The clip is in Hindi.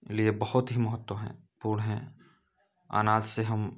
लिए बहुत ही महत्व हैं पूर्ण हैं अनाज से हम